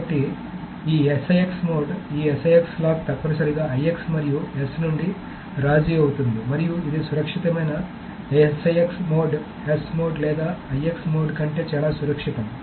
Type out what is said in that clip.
కాబట్టి ఈ SIX mode ఈ SIX లాక్ తప్పనిసరిగా IX మరియు S నుండి రాజీ అవుతుంది మరియు ఇది సురక్షితమైన SIX మోడ్ S మోడ్ లేదా IX మోడ్ కంటే చాలా సురక్షితం